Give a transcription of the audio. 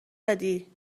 دادی